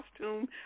costume